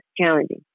challenging